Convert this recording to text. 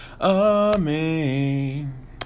amen